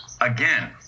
Again